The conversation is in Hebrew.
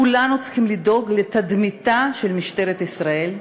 כולנו צריכים לדאוג לתדמיתה של משטרת ישראל.